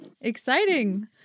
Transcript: Exciting